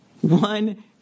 one